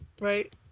right